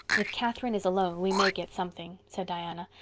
if catherine is alone we may get something, said diana,